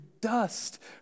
dust